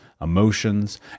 emotions